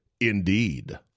Indeed